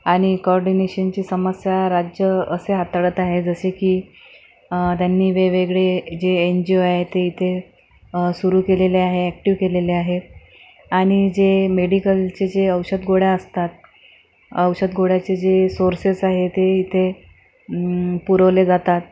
आणि कोऑर्डिनेशनची समस्या राज्य असे हाताळत आहे जसे की त्यांनी वेगवेगळे जे एन जी ओ आहे ते इथे सुरू केलेले आहे ॲक्टिव केलेले आहे आणि जे मेडिकलचे जे औषध गोळ्या असतात औषध गोळ्याचे जे सोर्सेस आहे ते इथे पुरवले जातात